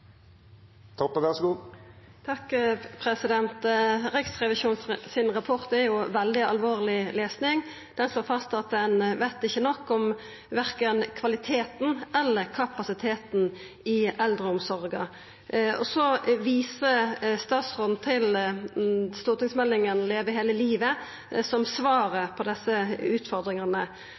veldig alvorleg lesing. Han slår fast at ein ikkje veit nok om verken kvaliteten eller kapasiteten i eldreomsorga. Statsråden viser til stortingsmeldinga Leve hele livet som svaret på desse utfordringane.